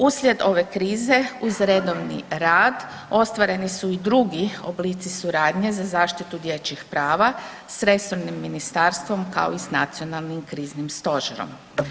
Uslijed ove krize uz redovni rad ostvareni su i drugi oblici suradnje za zaštitu dječjih prava s resornim ministarstvom kao i s nacionalnim kriznim stožerom.